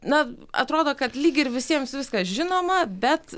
na atrodo kad lyg ir visiems viskas žinoma bet